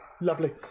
Lovely